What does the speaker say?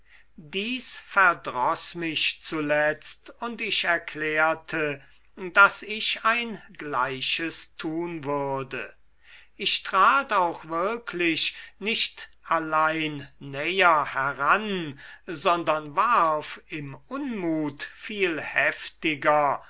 dies verdroß mich zuletzt und ich erklärte daß ich ein gleiches tun würde ich trat auch wirklich nicht allein näher heran sondern warf im unmut viel heftiger